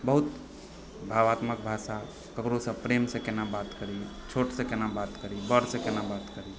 बहुत भावात्मक भाषा ककरोसँ प्रेमसँ केना बात करी छोटसँ केना बात करी बड़ सँ केना बात करी